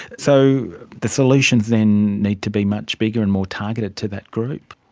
so the solutions then need to be much bigger and more targeted to that group.